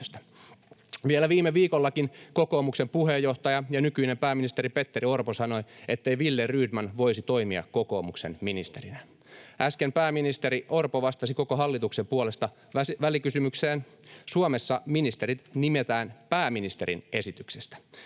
Vielä viime viikollakin kokoomuksen puheenjohtaja ja nykyinen pääministeri Petteri Orpo sanoi, ettei Wille Rydman voisi toimia kokoomuksen ministerinä. Äsken pääministeri Orpo vastasi koko hallituksen puolesta välikysymykseen. Suomessa ministerit nimetään pääministerin esityksestä.